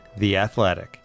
theathletic